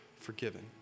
forgiven